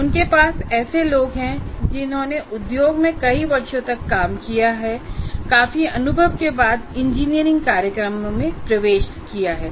उनके पास ऐसे लोग हैं जिन्होंने उद्योग में कई वर्षों तक काम किया है और काफी अनुभव के बाद इंजीनियरिंग कार्यक्रम में प्रवेश किया है